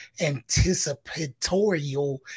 anticipatorial